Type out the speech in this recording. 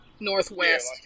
northwest